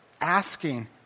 asking